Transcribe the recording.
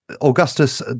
Augustus